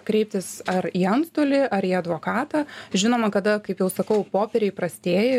kreiptis ar į antstolį ar į advokatą žinoma kada kaip jau sakau popieriai prastėja